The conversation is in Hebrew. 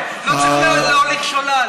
הכול בסדר, לא צריך להוליך שולל.